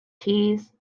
cheese